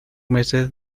merced